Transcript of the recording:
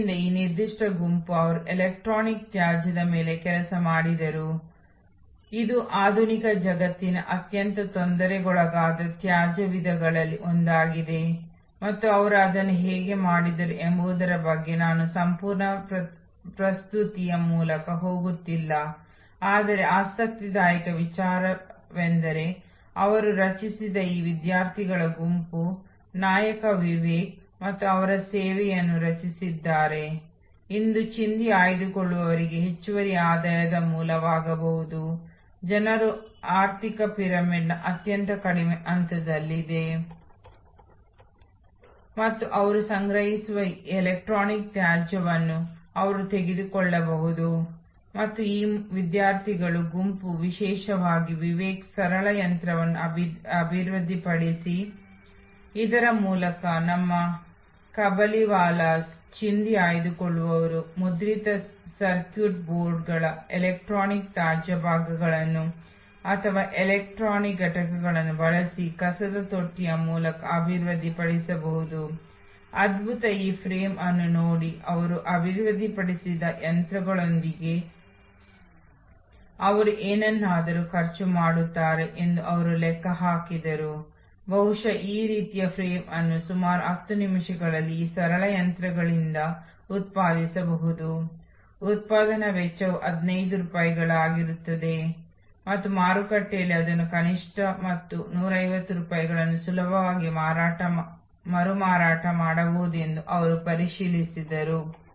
ಆದ್ದರಿಂದ ಅಸ್ತಿತ್ವದಲ್ಲಿರುವ ಗ್ರಾಹಕರಿಗೆ ಹೊಸ ಸೇವೆ ಮತ್ತು ಹೊಸ ಗ್ರಾಹಕರಿಗೆ ಅಸ್ತಿತ್ವದಲ್ಲಿರುವ ಸೇವೆ ಹೊಸ ಗ್ರಾಹಕರಿಗೆ ಅಸ್ತಿತ್ವದಲ್ಲಿರುವ ಸೇವೆ ಎಂದರೆ ಕಂಪನಿಯು ರಷ್ಯಾ ಅಥವಾ ಯುರೋಪಿನಲ್ಲಿ ಮೊಬೈಲ್ ಫೋನ್ ಆಪರೇಟರ್ ಅನ್ನು ನಿರ್ವಹಿಸುತ್ತಿದೆ ಮತ್ತು ಅವರು ಭಾರತಕ್ಕೆ ಬಂದರೆ ಅದು ಒಂದೇ ಮೊಬೈಲ್ ಫೋನ್ ಸೇವೆಯಾಗಿದೆ ಅವರು ತಮ್ಮ ಎಲ್ಲವನ್ನು ತರುತ್ತಾರೆ ಸಾಮರ್ಥ್ಯ ಅವರ ಮೂಲಸೌಕರ್ಯ ತಂತ್ರಜ್ಞಾನವು ಆ ಎಲ್ಲಾ ಸೇವಾ ಬ್ಲಾಕ್ಗಳನ್ನು ಹೇಗೆ ತಿಳಿದಿದೆ ಅದನ್ನು ನೀವು ನೀಲಿ ಮುದ್ರಣದಲ್ಲಿ ಸೆರೆಹಿಡಿಯಬಹುದು ಅದನ್ನು ನಾವು ಚರ್ಚಿಸುತ್ತಿದ್ದೇವೆ ಮತ್ತು ಅದನ್ನು ಭಾರತದಲ್ಲಿ ಹೊಸ ಗ್ರಾಹಕರಿಗೆ ನಿಯೋಜಿಸಬಹುದು ಅಥವಾ ನೀವು ಭಾರತದಲ್ಲಿ ಅಸ್ತಿತ್ವದಲ್ಲಿರುವ ಗ್ರಾಹಕರಿಗೆ ಹೊಸ ಸೇವೆಯನ್ನು ತರಬಹುದು